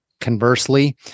Conversely